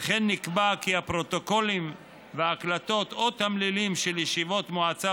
וכן נקבע כי הפרוטוקולים וההקלטות או התמלילים של ישיבות מועצה